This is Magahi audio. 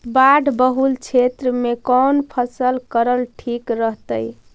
बाढ़ बहुल क्षेत्र में कौन फसल करल ठीक रहतइ?